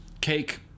cake